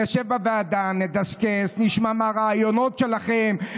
נשב בוועדה, נדסקס, נשמע מה הרעיונות שלכם.